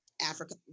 Africa